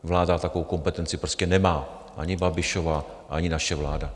Vláda takovou kompetenci prostě nemá, ani Babišova, ani naše vláda.